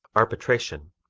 arbitration